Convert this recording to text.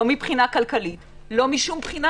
לא כלכלית וכו'.